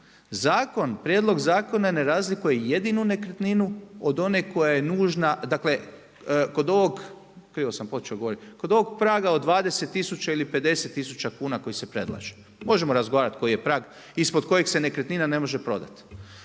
Zakon, prijedlog zakona ne razlikuje jedinu nekretninu od one koja je nužna, dakle kod ovog, krivo sam počeo govoriti. Kod ovog praga od 20000 ili 50000 kuna koji se predlaže možemo razgovarati koji je prag ispod kojeg se nekretnina ne može prodati.